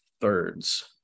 thirds